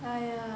!aiya!